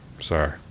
Sorry